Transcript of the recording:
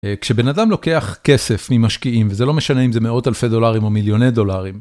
כשבן אדם לוקח כסף ממשקיעים, וזה לא משנה אם זה מאות אלפי דולרים או מיליוני דולרים.